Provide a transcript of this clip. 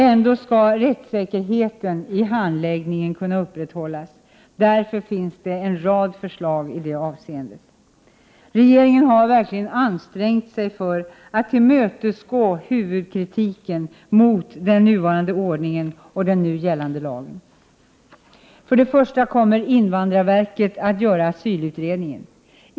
Ändå skall rättssäkerheten i handläggningen kunna upprätthållas. Det finns en rad förslag i det avseendet. Regeringen har verkligen ansträngt sig för att tillmötesgå huvudkritiken mot den nuvarande ordningen och den nu gällande lagen. För det första kommer invandrarverket att göra asylutredningen.